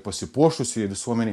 pasipuošusioje visuomenėj